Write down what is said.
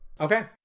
Okay